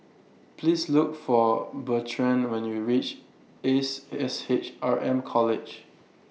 Please Look For Bertrand when YOU REACH Ace S H R M College